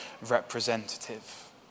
representative